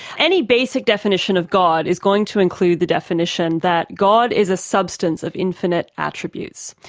any basic definition of god is going to include the definition that god is a substance of infinite attributes.